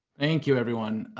thank you everyone.